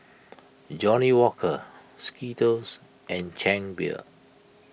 Johnnie Walker Skittles and Chang Beer